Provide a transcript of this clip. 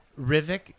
Rivik